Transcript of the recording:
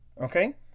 Okay